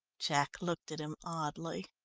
jack looked at him oddly.